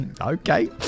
okay